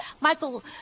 Michael